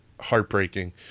heartbreaking